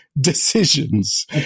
decisions